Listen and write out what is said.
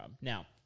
Now